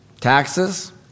taxes